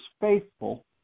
faithful